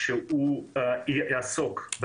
מפני שבין כה וכה כל הסעיפים שהוזכרו